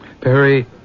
Perry